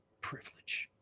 Privilege